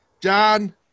John